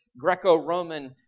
Greco-Roman